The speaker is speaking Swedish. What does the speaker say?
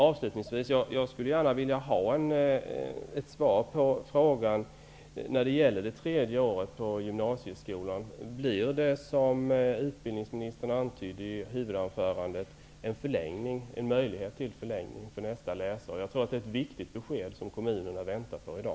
Avslutningsvis skulle jag gärna vilja ha ett svar på min fråga om det tredje året på gymnasieskolan. Blir det som utbildningsministern antydde i sitt huvudanförande en möjlighet till förlängning för nästa läsår? Jag tror att det är ett viktigt besked, som kommunerna väntar på i dag.